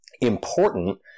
important